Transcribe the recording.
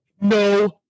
No